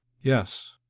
yes